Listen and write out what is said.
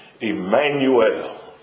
Emmanuel